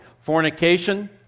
Fornication